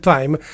Time